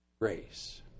grace